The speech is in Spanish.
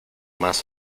más